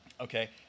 Okay